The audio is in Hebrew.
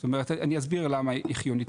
זאת אומרת אני אסביר למה היא חיונית?